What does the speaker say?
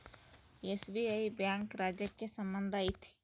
SBI bank ರಾಜ್ಯಕ್ಕೆ ಸಂಬಂಧ ಐತಿ